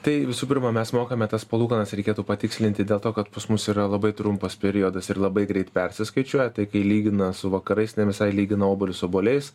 tai visų pirma mes mokame tas palūkanas reikėtų patikslinti dėl to kad pas mus yra labai trumpas periodas ir labai greit persiskaičiuoja tai kai lygina su vakarais ne visai lygina obuolį su obuoliais